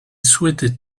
souhaitaient